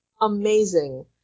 amazing